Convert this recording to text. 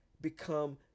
become